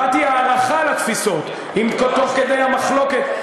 הבעתי הערכה לתפיסות תוך כדי המחלוקת.